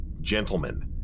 Gentlemen